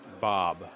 Bob